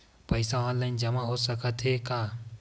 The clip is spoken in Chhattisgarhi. पईसा ऑनलाइन जमा हो साकत हे का?